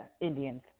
Indians